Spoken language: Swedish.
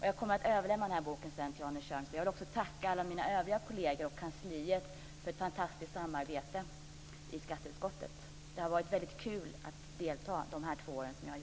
Jag kommer att överlämna den här boken till Arne Jag vill också tacka alla mina övriga kolleger och kansliet för ett fantastiskt samarbete i skatteutskottet. Det har varit väldigt roligt att delta i arbetet de här två åren.